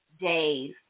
days